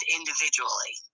individually